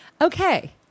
okay